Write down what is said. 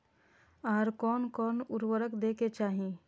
आर कोन कोन उर्वरक दै के चाही?